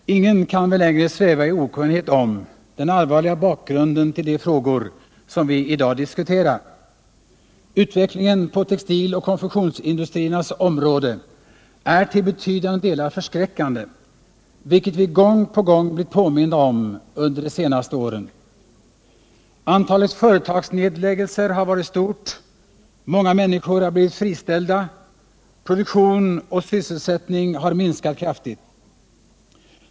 Herr talman! Ingen kan väl längre sväva i okunnighet om den allvarliga bakgrunden till de frågor som vi i dag diskuterar. Utvecklingen på textiloch konfektionsindustriernas område är till betydande delar förskräckande, vilket vi gång på gång blivit påminda om under de senaste åren. Antalet företagsnedläggelser har varit stort, många människor har blivit friställda, produktion och sysselsättning har minskat kraftigt.